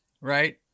right